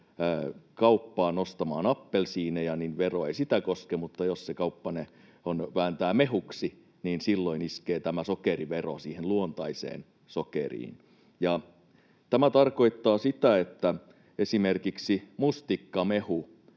kauppaan ostamaan appelsiineja, vero ei sitä koske mutta jos se kauppa ne vääntää mehuksi, silloin iskee tämä sokerivero siihen luontaiseen sokeriin. Tämä tarkoittaa sitä, että esimerkiksi mustikkamehu